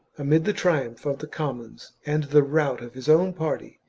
amid the triumph of the commons and the rout of his own party,